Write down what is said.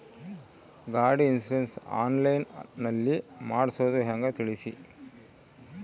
ಗಾಡಿ insurance online ನಲ್ಲಿ ಮಾಡ್ಸೋದು ಹೆಂಗ ತಿಳಿಸಿ?